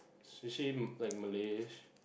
is she like Malay